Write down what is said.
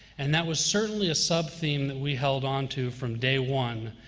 and that was certainly a sub-theme that we held onto from day one,